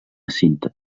cinta